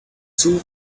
soon